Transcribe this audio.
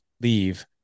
leave